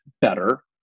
better